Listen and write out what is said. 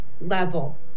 level